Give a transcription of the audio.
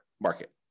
market